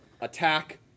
attack